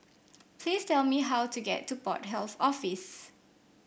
please tell me how to get to Port Health Office